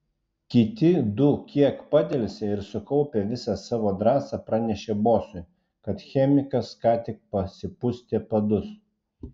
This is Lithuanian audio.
kiti du kiek padelsė ir sukaupę visą savo drąsą pranešė bosui kad chemikas ką tik pasipustė padus